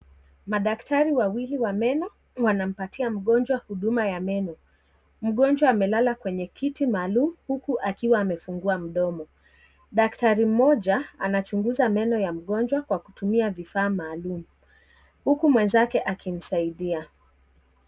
Madaktari wawili wa meno wanampatia mgonjwa huduma ya meno mgonjwa amelala kwenye kiti maalum huku akiwa amefungua mdomo daktari mmoja anachunguza meno ya mgonjwa kwa kutumia vifaa maalum huku mwenzake akimsaidia.